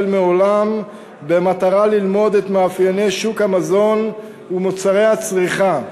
מעולם במטרה ללמוד את מאפייני שוק המזון ומוצרי הצריכה,